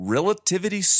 Relativity